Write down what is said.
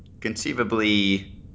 conceivably